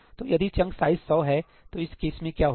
तो यदि chunk size 100 है तो इस केस में क्या होगा